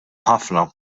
ħafna